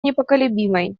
непоколебимой